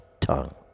tongue